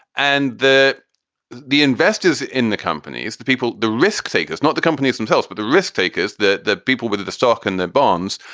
and the the investors in the companies, the people, the risk takers, not the companies themselves, but the risk takers, the the people with the the stock and the bonds,